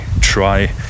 Try